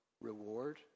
reward